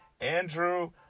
Andrew